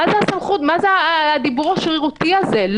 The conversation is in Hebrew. מה זה הדיבור השרירותי הזה?